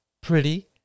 pretty